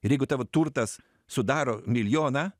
ir jeigu tavo turtas sudaro milijoną